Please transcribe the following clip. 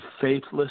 faithless